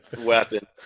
Weapon